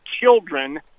children